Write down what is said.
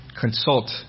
Consult